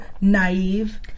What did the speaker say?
naive